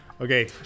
Okay